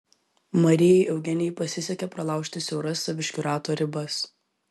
marijai eugenijai pasisekė pralaužti siauras saviškių rato ribas